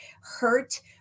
hurt